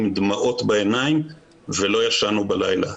עם דמעות בעיניים ולא ישנו בלילה.